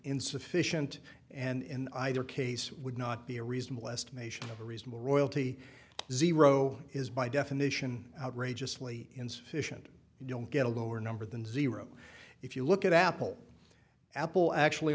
insufficient and in either case would not be a reasonable estimation of a reasonable royalty zero is by definition outrageously insufficient you don't get a lower number than zero if you look at apple apple actually